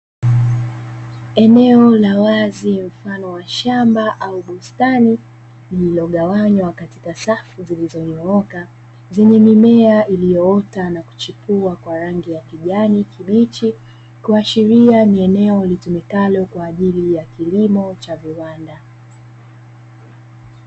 Eneo la wazi mfano wa shamba au bustani, lililogawanywa katika safu zilizonyooka, zenye mimea iliyoota na kuchipua kwa rangi ya kijani kibichi, kuashiria ni eneo litumikalo kwa ajili ya kilimo cha viwanda.